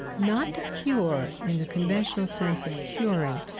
not to cure, in the conventional sense of curing,